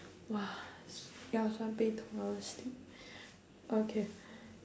!wah! 腰酸背痛：yao suan bei tong I wanna sleep okay